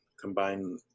combine